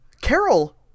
Carol